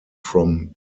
from